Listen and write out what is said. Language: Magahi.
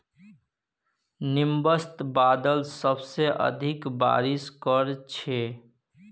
निंबस बादल सबसे अधिक बारिश कर छेक